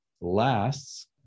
lasts